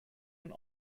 von